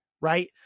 right